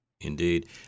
Indeed